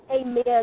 Amen